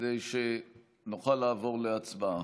כדי שנוכל לעבור להצבעה.